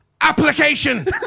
application